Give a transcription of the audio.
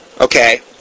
Okay